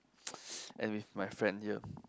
and with my friend here